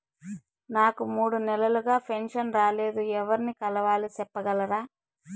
నాకు మూడు నెలలుగా పెన్షన్ రాలేదు ఎవర్ని కలవాలి సెప్పగలరా?